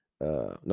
no